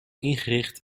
ingericht